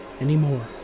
anymore